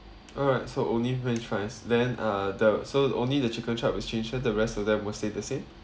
alright so only french fries then uh the so only the chicken chop is changed the rest of them will stay the same